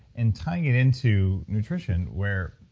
and tying it into nutrition, where